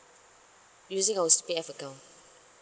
using our C_P_F account